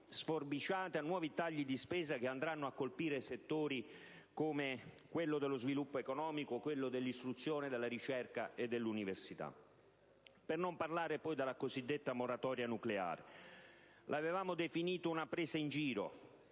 sforbiciate, a nuovi tagli di spesa che andranno a colpire il settore dello sviluppo economico e quello dell'istruzione, della ricerca e dell'università. Per non parlare della cosiddetta moratoria nucleare. L'avevamo definita una presa in giro: